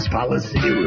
policy